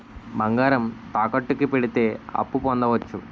బంగారం తాకట్టు కి పెడితే అప్పు పొందవచ్చ?